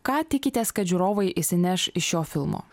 ką tikitės kad žiūrovai išsineš iš šio filmo